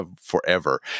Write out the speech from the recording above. forever